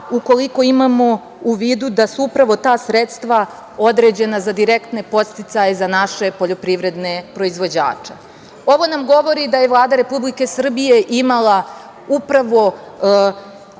ukoliko imamo u vidu sa su upravo ta sredstva određena za direktne podsticaje za naše poljoprivredne proizvođaće. Ovo nam govori da je Vlada Republike Srbije imala upravo